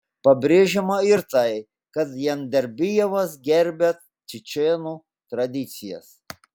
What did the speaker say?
pabrėžiama ir tai kad jandarbijevas gerbia čečėnų tradicijas